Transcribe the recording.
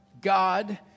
God